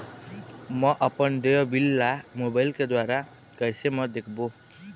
म अपन देय बिल ला मोबाइल के द्वारा कैसे म देखबो?